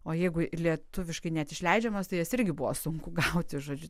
o jeigu lietuviškai net išleidžiamos tai jas irgi buvo sunku gauti žodžiu